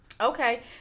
okay